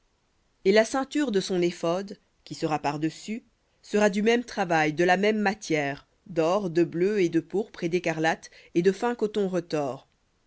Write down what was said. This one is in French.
et la ceinture de son éphod qui sera par-dessus sera du même travail de la même matière d'or de bleu et de pourpre et d'écarlate et de fin coton retors